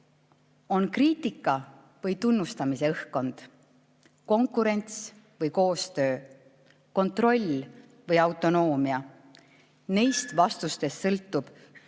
on kriitika või tunnustamise õhkkond, konkurents või koostöö, kontroll või autonoomia. Neist vastustest sõltub, kui